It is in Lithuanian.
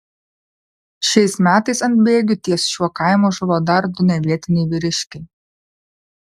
šiais metais ant bėgių ties šiuo kaimu žuvo dar du nevietiniai vyriškiai